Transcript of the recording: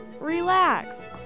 Relax